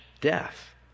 death